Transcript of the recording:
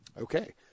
Okay